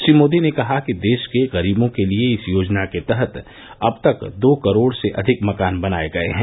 श्री मोदी ने कहा कि देश के गरीबों के लिए इस योजना के तहत अब तक दो करोड़ से अधिक मकान बनाए गए हैं